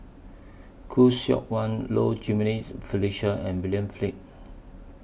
Khoo Seok Wan Low Jimenez Felicia and William Flint